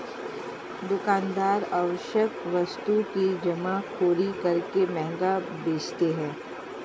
दुकानदार आवश्यक वस्तु की जमाखोरी करके महंगा बेचते है